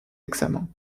examens